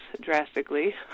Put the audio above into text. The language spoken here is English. drastically